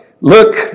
look